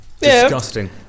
Disgusting